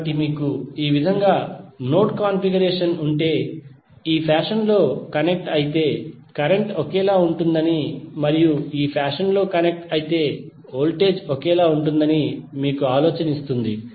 కాబట్టి మీకు ఈ విధంగా నోడ్ కాన్ఫిగరేషన్ ఉంటే అవి ఈ ఫ్యాషన్ లో కనెక్ట్ అయితే కరెంట్ ఒకేలా ఉంటుందని మరియు ఈ ఫ్యాషన్ లో కనెక్ట్ అయితే వోల్టేజ్ ఒకేలా ఉంటుందని మీకు ఒక ఆలోచన ఇస్తుంది